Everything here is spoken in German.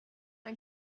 ein